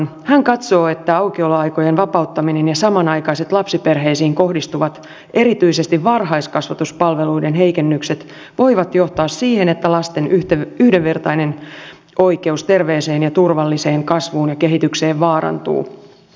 hän katsoo että aukioloaikojen vapauttaminen ja samanaikaiset lapsiperheisiin kohdistuvat erityisesti varhaiskasvatuspalveluiden heikennykset voivat johtaa siihen että lasten yhdenvertainen oikeus terveeseen ja turvalliseen kasvuun ja kehitykseen vaarantuu